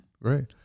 right